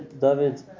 David